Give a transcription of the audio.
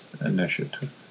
initiative